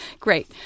Great